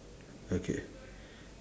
okay